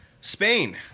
Spain